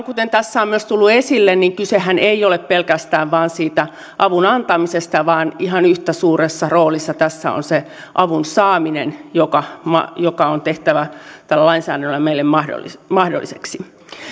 kuten tässä on myös tullut esille niin kysehän ei ole pelkästään siitä avun antamisesta vaan ihan yhtä suuressa roolissa tässä on se avun saaminen joka on tehtävä tällä lainsäädännöllä meille mahdolliseksi